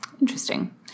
Interesting